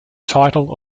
title